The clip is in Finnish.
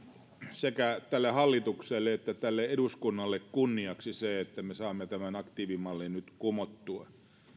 sekä tälle hallitukselle että tälle eduskunnalle kunniaksi että me saamme tämän aktiivimallin nyt kumottua